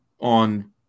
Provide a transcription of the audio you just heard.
on